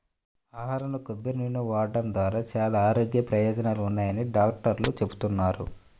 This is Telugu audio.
ఆహారంలో కొబ్బరి నూనె వాడటం ద్వారా చాలా ఆరోగ్య ప్రయోజనాలున్నాయని డాక్టర్లు చెబుతున్నారు